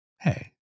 Hey